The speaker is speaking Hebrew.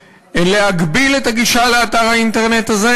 להגביל את הגישה לאתר האינטרנט הזה.